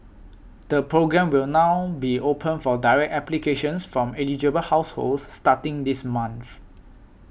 the programme will now be open for direct applications from eligible households starting this month